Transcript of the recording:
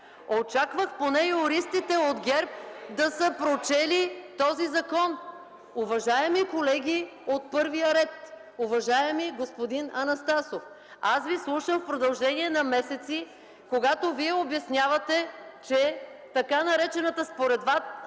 Очаквах поне юристите от ГЕРБ да са прочели този закон. Уважаеми колеги от първия ред, уважаеми господин Анастасов, аз Ви слушам в продължение на месеци, когато Вие обяснявахте, че така наречената, според